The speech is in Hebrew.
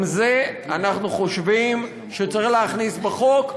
גם את זה אנחנו חושבים שצריך להכניס בחוק,